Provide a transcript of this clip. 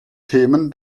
themen